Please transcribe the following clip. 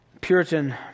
Puritan